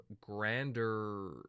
grander